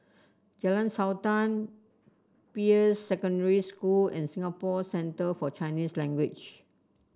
Jalan Sultan Peirce Secondary School and Singapore Centre For Chinese Language